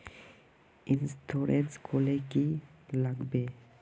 Insurance खोले की की लगाबे?